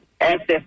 access